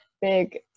big